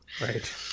Right